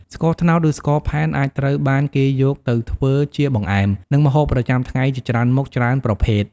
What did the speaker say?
ស្ករត្នោត ឬស្ករផែនអាចត្រូវបានគេយកទៅធ្វើជាបង្អែម និងម្ហូបប្រចាំថ្ងៃជាច្រើនមុខ ច្រើនប្រភេទ។